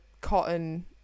cotton